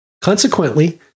Consequently